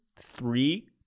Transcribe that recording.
three